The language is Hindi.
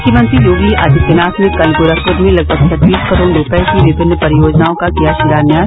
मुख्यमंत्री योगी आदित्यनाथ ने कल गोरखपुर में लगभग छत्तीस करोड़ रूपये की विभिन्न परियोजनओं का किया शिलान्यास